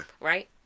Right